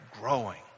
growing